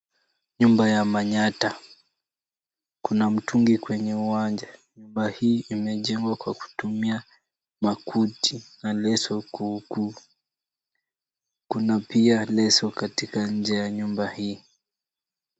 Nyumba ya Manyatta, kuna mtungi kwenye uwanja. Nyumba hii imejengwa kwa kutumia makuti na leso, pia kuna leso katika nje ya nyumba hii.